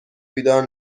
بیدار